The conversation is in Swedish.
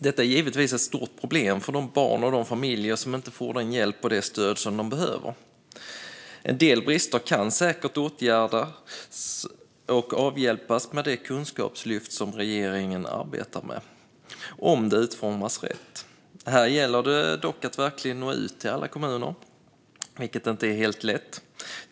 Detta är givetvis ett stort problem för de barn och familjer som inte får den hjälp och det stöd som de behöver. En del brister kan säkert åtgärdas och avhjälpas med det kunskapslyft som regeringen arbetar med, om det utformas på rätt sätt. Det gäller dock att verkligen nå ut till alla kommuner, vilket inte är helt lätt.